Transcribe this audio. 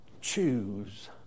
choose